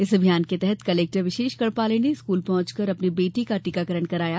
इस अभियान के तहत कलेक्टर विशेष गढ़पाले ने स्कूल पहुंचकर अपनी बेटी का टीकाकरण कराया